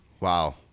Wow